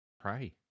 pray